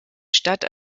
stadt